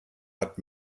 hat